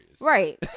Right